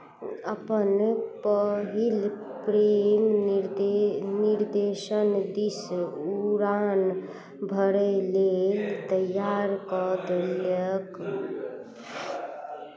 अपन पहिल प्रेम निर्दे निर्देशन दिस उड़ान भरय लेल तैयार कऽ देलक